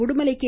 Udumalai K